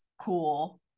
cool